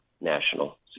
national